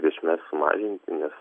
grėsmes sumažinti nes